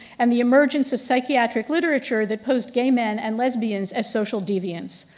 and the emergence of psychiatric literature that post gay men and lesbians as social deviants.